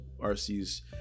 RC's